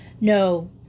No